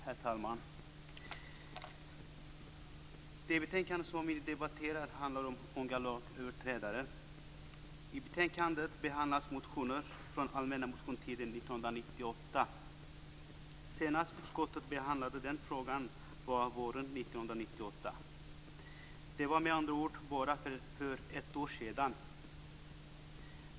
Herr talman! Det betänkande som vi nu debatterar handlar om unga lagöverträdare. I betänkandet behandlas motioner från allmänna motionstiden 1998. Senast utskottet behandlade den här frågan var våren 1998. Det var med andra ord för bara ett år sedan.